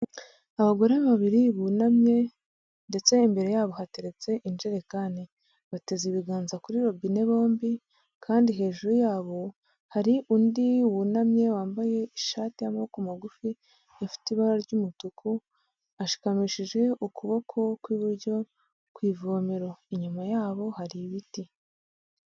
Abagore babiri bunamye ndetse imbere yabo hateretse injerekani, bateze ibiganza kuri robine bombi ,kandi hejuru yabo hari undi wunamye wambaye ishati y'amaboko magufi ifite ibara ry'umutuku ashikamishije ukuboko kw'iburyo ku ivomero, inyuma yabo har'ibiti.